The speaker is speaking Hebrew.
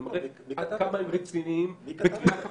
זה מראה עד כמה הם רציניים בקריאת החומרים.